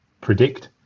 predict